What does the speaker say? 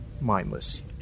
mindless